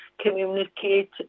communicate